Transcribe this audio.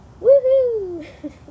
Woohoo